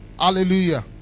Hallelujah